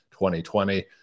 2020